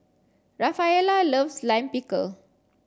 Rafaela loves Lime Pickle